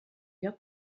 lloc